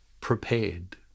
prepared